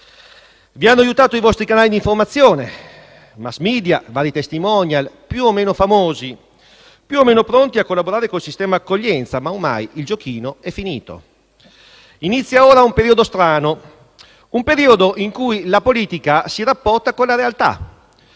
Vi hanno aiutato i vostri canali di informazione: *mass media* e vari *testimonial*, più o meno famosi, più o meno pronti a collaborare con il sistema di accoglienza. Ma ormai il giochino è finito. Inizia ora un periodo strano; un periodo in cui la politica si rapporta con la realtà,